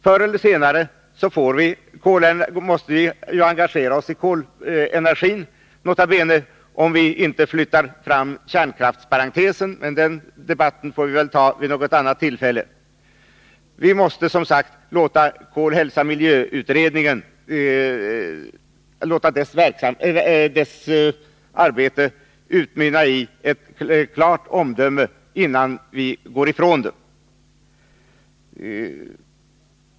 Förr eller senare måste vi engagera oss i kolenergin — nota bene om vi inte flyttar fram kärnkraftsparentesen, men den debatten får vi väl ta vid något annat tillfälle. Vi måste som sagt låta arbetet inom projektet Kol-Hälsa-Miljö utmynna i ett klart omdöme, innan vi går ifrån det.